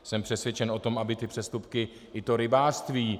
Jsem přesvědčen o tom, aby ty přestupky, i to rybářství...